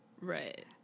right